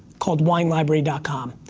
called winelibrary and com.